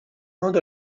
modo